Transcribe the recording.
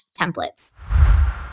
templates